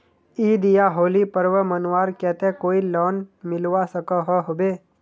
ईद या होली पर्व मनवार केते कोई लोन मिलवा सकोहो होबे?